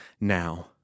now